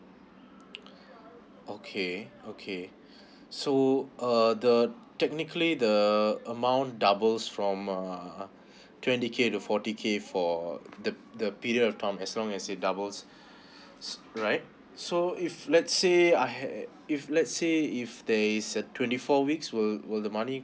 okay okay so uh technically the amount doubles from uh twenty K to forty K for the the period of tom as long as it doubles right so if let's say I had if let's say if there is a twenty four weeks will will the money